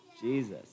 Jesus